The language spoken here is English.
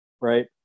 Right